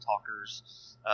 talkers